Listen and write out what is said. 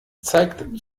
zeigt